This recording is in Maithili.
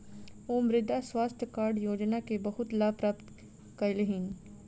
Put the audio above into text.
ओ मृदा स्वास्थ्य कार्ड योजना के बहुत लाभ प्राप्त कयलह्नि